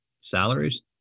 salaries